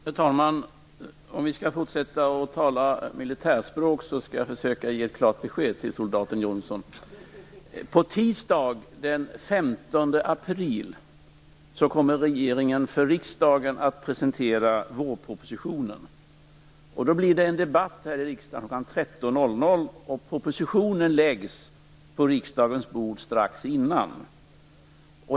Herr talman! Om vi skall fortsätta att tala militärspråk skall jag försöka ge ett klart besked till soldaten Jonsson. På tisdag, den 15 april, kommer regeringen att för riksdagen presentera vårpropositionen. Det blir en debatt här i riksdagen klockan 13.00. Propositionen läggs på riksdagens bord strax innan.